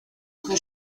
buche